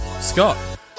Scott